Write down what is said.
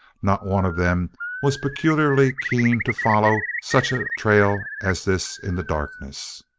not one of them was peculiarly keen to follow such a trail as this in the darkness.